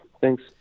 Thanks